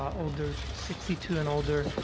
older sixty two and older,